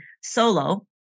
solo